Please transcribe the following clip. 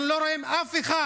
אנחנו לא רואים אף אחד